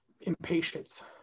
Impatience